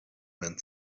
man